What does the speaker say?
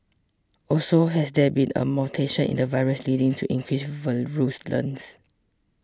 also has there been a mutation in the virus leading to increased virulence